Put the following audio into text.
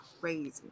crazy